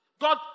God